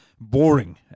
boring